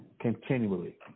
continually